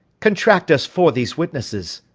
contract us fore these witnesses.